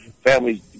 families